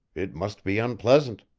it must be unpleasant.